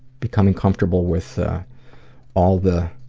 becoming comfortable with all the.